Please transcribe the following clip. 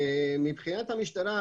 מבחינת המשטרה,